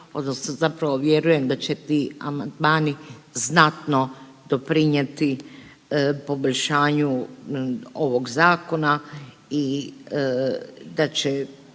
odnosno zapravo vjerujem da će ti amandmani znatno doprinijeti poboljšanju ovog zakona i da će